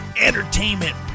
entertainment